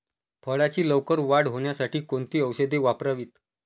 फळाची लवकर वाढ होण्यासाठी कोणती औषधे वापरावीत?